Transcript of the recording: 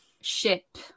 ship